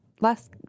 last